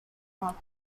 month